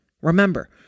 Remember